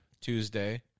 Tuesday